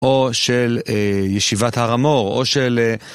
או של ישיבת הר המור , או של...